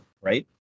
right